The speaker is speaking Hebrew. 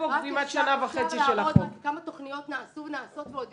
אפשר להראות כמה תוכניות נעשו ונעשות ועוד